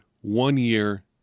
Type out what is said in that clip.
one-year